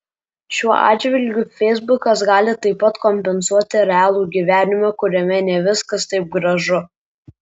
šiuo atžvilgiu feisbukas gali taip pat kompensuoti realų gyvenimą kuriame ne viskas taip gražu